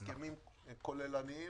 הסכמים כוללניים